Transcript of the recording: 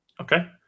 Okay